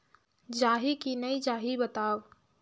जाही की नइ जाही बताव?